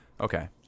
Okay